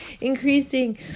increasing